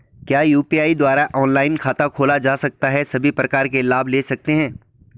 क्या यु.पी.आई द्वारा ऑनलाइन खाता खोला जा सकता है सभी प्रकार के लाभ ले सकते हैं?